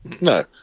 No